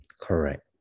Correct